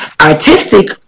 artistic